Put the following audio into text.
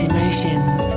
Emotions